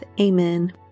Amen